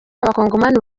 abakongomani